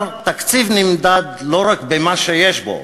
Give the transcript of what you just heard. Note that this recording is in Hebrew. והוא אמר: תקציב נמדד לא רק במה שיש בו,